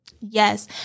Yes